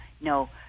no